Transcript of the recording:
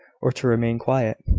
or to remain quiet,